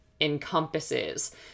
encompasses